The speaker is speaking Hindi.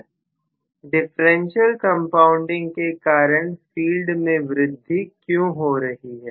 विद्यार्थी डिफरेंशियल कंपाउंडिंग के कारण फील्ड में वृद्धि क्यों हो रही है